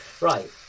Right